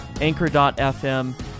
Anchor.fm